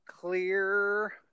clear